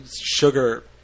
sugar